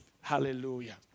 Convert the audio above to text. Hallelujah